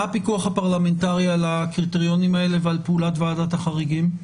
מה הפיקוח הפרלמנטרי על הקריטריונים האלה ועל פעולת ועדת החריגים?